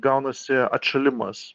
gaunasi atšalimas